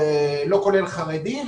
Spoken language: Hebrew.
לא כולל חרדים,